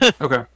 okay